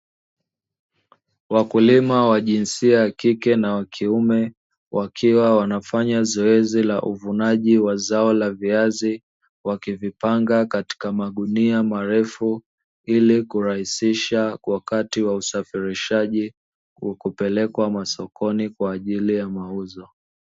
Wakulima wa jinsia ya kike na wa kiume, wakiwa wanafanya zoezi la uvunaji wa zao la viazi, wakivipanga katika magunia marefu, ili kurahisisha wakati wa usafirishaji, kupelekwa sokoni kwa ajili ya mauzo.